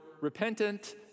repentant